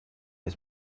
was